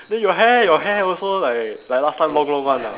then your hair your hair also like like last time long long one ah